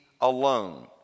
alone